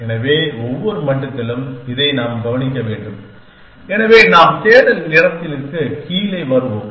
எனவே ஒவ்வொரு மட்டத்திலும் இதை நாம் கவனிக்க வேண்டும் எனவே நாம் தேடல் இடத்திற்கு கீழே வருவோம்